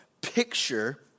picture